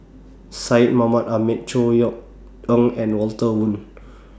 Syed Mohamed Ahmed Chor Yeok Eng and Walter Woon